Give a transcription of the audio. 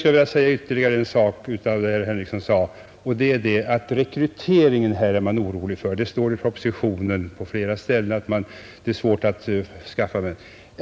Man är orolig för rekryteringen, och det står på flera ställen i propositionen att det är svårt att skaffa nämndemän.